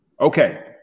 Okay